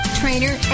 trainer